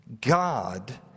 God